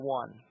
one